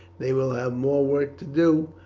they will have more work to do,